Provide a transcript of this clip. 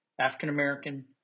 African-American